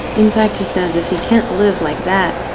in fact, he says, if he can't live like that,